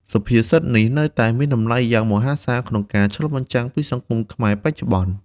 សុភាសិតនេះនៅតែមានតម្លៃយ៉ាងមហាសាលក្នុងការឆ្លុះបញ្ចាំងពីសង្គមខ្មែរបច្ចុប្បន្ន។